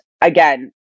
Again